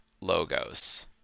logos